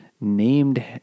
named